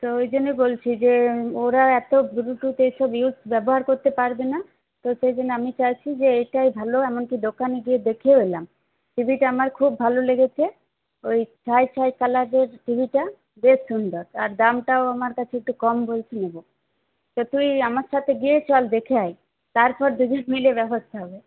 তো ওই জন্যই বলছি যে ওরা এত বুলুটুথ এসব ইউজ ব্যবহার করতে পারবে না তো সেই জন্য আমি চাইছি যে এটাই ভালো এমনকি দোকানে গিয়ে দেখেও এলাম টিভিটা আমার খুব ভালো লেগেছে ওই ছাই ছাই কালারের টিভিটা বেশ সুন্দর আর দামটাও আমার কাছে একটু কম বলছে নেবে তো তুই আমার সাথে গিয়ে চল দেখে আয় তারপর দুজন মিলে ব্যবস্থা হবে